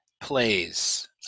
plays